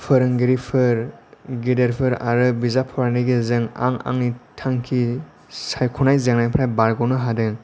फोरोंगिरिफोर गिदिरफोर आरो बिजाब फरायनायनि गेजेरजों आं आंनि थांखि सायख'नाय जेंनानिफ्राय बारग'नो हादों